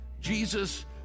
Jesus